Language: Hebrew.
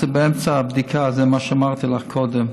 באמצע הבדיקה, זה מה שאמרתי לך קודם.